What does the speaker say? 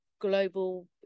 global